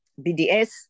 BDS